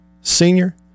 Senior